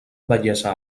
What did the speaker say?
bellesa